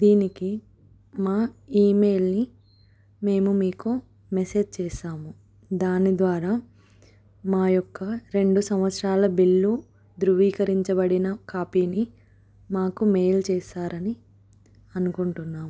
దీనికి మా ఈమెయిల్ని మేము మీకు మెసేజ్ చేస్తాము దాని ద్వారా మా యొక్క రెండు సంవత్సరాల బిల్లు ధృవీకరించబడిన కాపీని మాకు మెయిల్ చేస్తారని అనుకుంటున్నాము